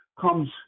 comes